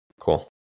Cool